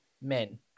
men